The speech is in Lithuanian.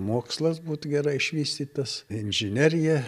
mokslas būtų gerai išvystytas inžinerija